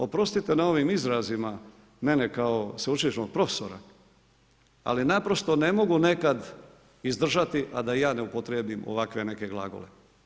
Oprostite na ovim izrazima ne kao sveučilišnog profesora, ali naprosto ne mogu nekad izdržati, a da ja ne upotrijebim ovako neke glagole.